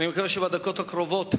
אני מקווה שהשר יגיע בדקות הקרובות.